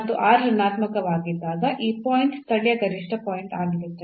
ಮತ್ತು r ಋಣಾತ್ಮಕವಾಗಿದ್ದಾಗ ಈ ಪಾಯಿಂಟ್ ಸ್ಥಳೀಯ ಗರಿಷ್ಠ ಪಾಯಿಂಟ್ ಆಗಿರುತ್ತದೆ